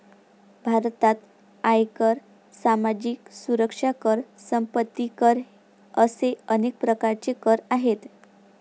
भारतात आयकर, सामाजिक सुरक्षा कर, संपत्ती कर असे अनेक प्रकारचे कर आहेत